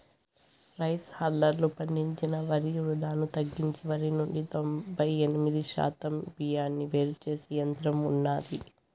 rice హల్లర్లు పండించిన వరి వృధాను తగ్గించి వరి నుండి తొంబై ఎనిమిది శాతం బియ్యాన్ని వేరు చేసే యంత్రం ఉన్నాది